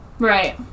Right